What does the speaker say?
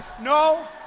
no